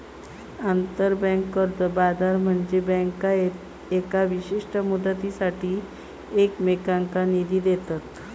आंतरबँक कर्ज बाजार म्हनजे बँका येका विशिष्ट मुदतीसाठी एकमेकांनका निधी देतत